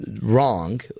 wrong